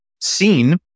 seen